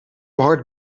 hard